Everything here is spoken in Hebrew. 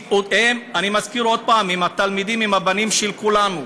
אני מזכיר עוד פעם, התלמידים הם הבנים של כולנו.